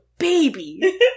baby